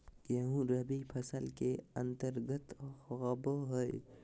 गेंहूँ रबी फसल के अंतर्गत आबो हय